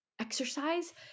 exercise